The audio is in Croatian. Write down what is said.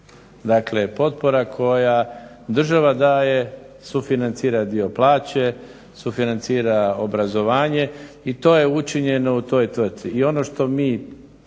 Dakle potpora koju država daje sufinancira dio plaće, sufinancira obrazovanje i to je učinjeno u toj tvrtci.